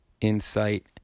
insight